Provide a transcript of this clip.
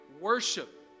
worship